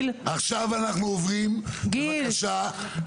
עכשיו אנחנו עוברים להסתייגויות.